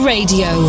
Radio